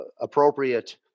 appropriate